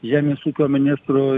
žemės ūkio ministru